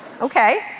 okay